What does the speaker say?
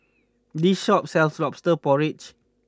this shop sells Lobster Porridge